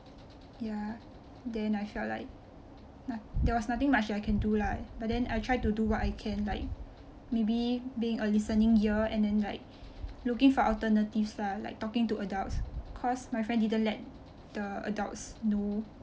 ya then I felt like not~ there was nothing much I can do lah but then I tried to do what I can like maybe being a listening ear and then like looking for alternatives lah like talking to adults cause my friend didn't let the adults know